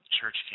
church